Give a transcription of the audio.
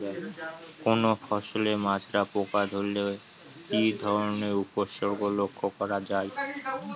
কোনো ফসলে মাজরা পোকা ধরলে কি ধরণের উপসর্গ লক্ষ্য করা যায়?